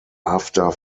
after